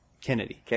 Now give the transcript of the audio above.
Kennedy